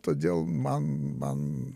todėl man man